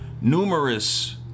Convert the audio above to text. numerous